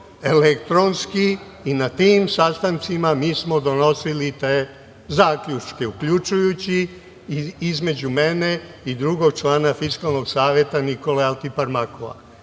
elektronski. Na tim sastancima mi smo donosili te zaključke, uključujući između mene i drugog člana Fiskalnog saveta Nikole Altiparmakova. Kada